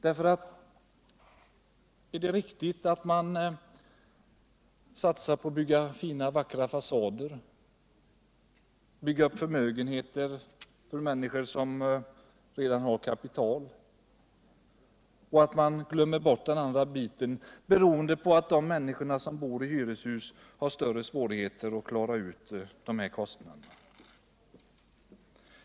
Är det riktigt att satsa på att uppföra vackra fasader och på att bygga upp förmögenheter åt människor som redan har kapital, medan man glömmer bort den andra biten, beroende på att de människor som bor i hyreshus har större svårigheter att klara kostnaderna?